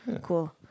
Cool